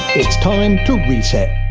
it's time to reset.